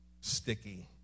Sticky